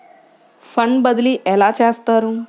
Fund బదిలీ ఎలా చేస్తారు?